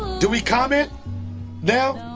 do we comment now?